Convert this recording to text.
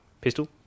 Pistol